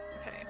okay